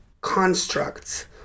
constructs